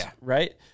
right